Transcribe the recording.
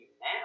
now